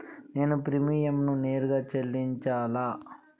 నేను ప్రీమియంని నేరుగా చెల్లించాలా?